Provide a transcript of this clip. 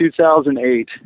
2008